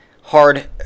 hard